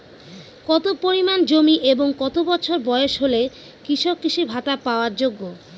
কত পরিমাণ জমি এবং কত বছর বয়স হলে কৃষক কৃষি ভাতা পাওয়ার যোগ্য?